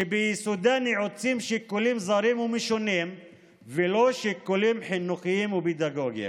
שביסודה נעוצים שיקולים זרים ומשונים ולא שיקולים חינוכיים ופדגוגיים.